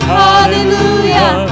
hallelujah